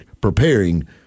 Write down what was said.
preparing